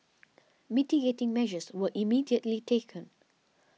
mitigating measures were immediately taken